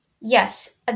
Yes